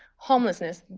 homelessness.